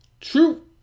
true